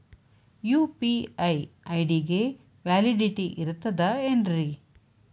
UPI ID ಗೆ validity ಇರತದ ಏನ್ರಿ?